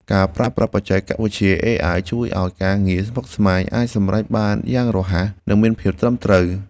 ការប្រើប្រាស់បច្ចេកវិទ្យាអេអាយជួយឱ្យការងារស្មុគស្មាញអាចសម្រេចបានយ៉ាងរហ័សនិងមានភាពត្រឹមត្រូវ។